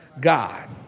God